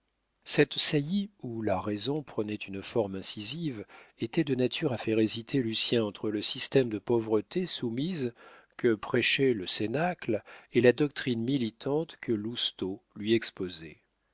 cette saillie où la raison prenait une forme incisive était de nature à faire hésiter lucien entre le système de pauvreté soumise que prêchait le cénacle et la doctrine militante que lousteau lui